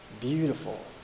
Beautiful